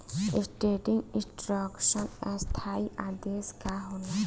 Standing instruction स्थाई आदेश का होला?